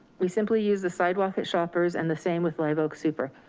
we simply use the sidewalk at shopper's and the same with live oak super.